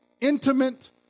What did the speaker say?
intimate